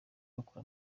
bakora